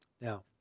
Now